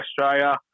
Australia